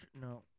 No